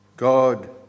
God